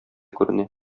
күренә